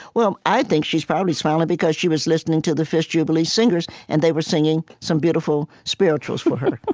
well, i think she's probably smiling because she was listening to the fisk jubilee singers, and they were singing some beautiful spirituals for her.